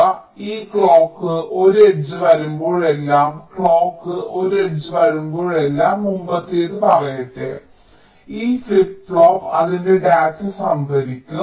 അതിനാൽ ഈ clock 1 edge വരുമ്പോഴെല്ലാം ക്ലോക്ക് 1 എഡ്ജ് വരുമ്പോഴെല്ലാം മുമ്പത്തേത് പറയട്ടെ ഈ ഫ്ലിപ്പ് ഫ്ലോപ്പ് അതിന്റെ ഡാറ്റ സംഭരിക്കും